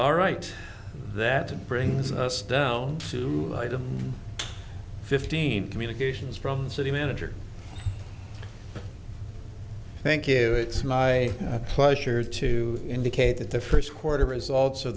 all right that brings us down to fifteen communications from the city manager thank you it's my a pleasure to indicate that the first quarter results o